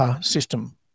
system